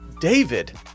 david